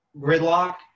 gridlock